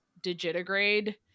digitigrade